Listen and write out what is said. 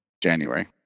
January